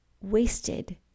wasted